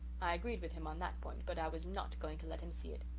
i agreed with him on that point, but i was not going to let him see it.